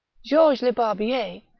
georges lebarbier,